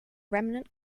remnant